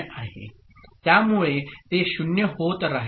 त्यामुळे ते 0 होत राहील